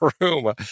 room